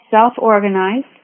self-organized